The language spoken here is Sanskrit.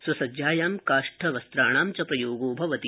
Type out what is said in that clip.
सुसज्जायां काष्ठस्य वस्त्राणां च प्रयोगो भवति